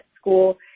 school